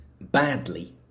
badly